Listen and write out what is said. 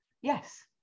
yes